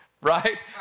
Right